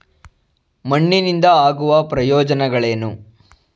ಮಣ್ಣಿನಿಂದ ಆಗುವ ಪ್ರಯೋಜನಗಳೇನು?